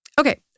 Okay